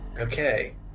Okay